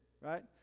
right